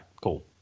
cool